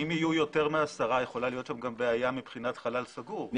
אם יהיו יותר מעשרה יכולה להיות שם בעיה מבחינת חלל סגור.